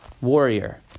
warrior